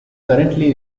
currently